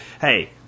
hey